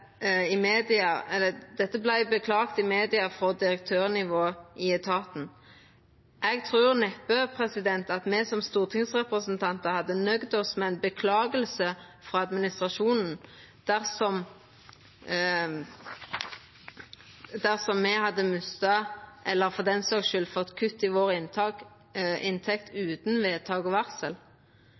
i media frå direktørnivå i etaten. Eg trur neppe at me som stortingsrepresentantar hadde nøgd oss med ei orsaking frå administrasjonen dersom me hadde mista – eller, for den saks skuld, fått kutt i – inntekta vår utan vedtak og varsel.